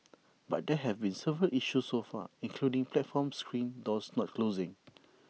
but there have been several issues so far including platform screen doors not closing